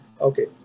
Okay